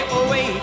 away